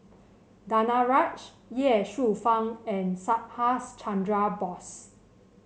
Danaraj Ye Shufang and Subhas Chandra Bose